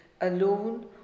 alone